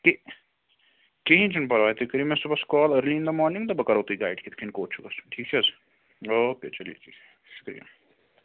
تہِ کِہیٖنۍ چھِنہٕ پرواے تُہۍ کٔرِو مےٚ صُبحَس کال أرلی اِن دَ مارنِنٛگ تہٕ بہٕ کَرو تُہۍ گایِڈ کِتھ کٔنۍ کوٚت چھُو گژھُن ٹھیٖک چھِ حظ اوکے چلے جی شُکریہ